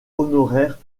honoraire